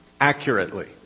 accurately